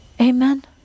Amen